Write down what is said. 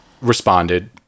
responded